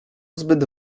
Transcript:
zbyt